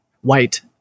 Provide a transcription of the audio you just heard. white